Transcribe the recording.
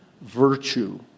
virtue